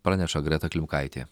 praneša greta klimkaitė